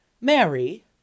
Mary